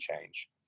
change